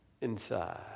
inside